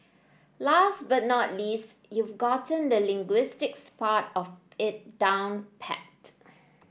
last but not least you've gotten the linguistics part of it down pat